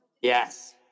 Yes